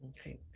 Okay